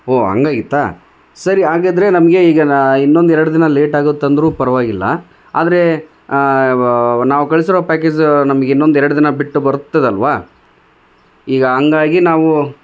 ಓ ಹಂಗಾಗಿತ್ತಾ ಸರಿ ಹಾಗದ್ರೆ ನಮಗೆ ಈಗ ನಾ ಇನ್ನೊಂದು ಎರಡು ದಿನ ಲೇಟ್ ಆಗುತ್ತಂದರೂ ಪರವಾಗಿಲ್ಲ ಆದರೆ ನಾವು ಕಳಿಸಿರೋ ಪ್ಯಾಕೇಜೂ ನಮ್ಗಿನ್ನೊಂದು ಎರಡು ದಿನ ಬಿಟ್ಟು ಬರುತ್ತದಲ್ವಾ ಈಗ ಹಂಗಾಗಿ ನಾವು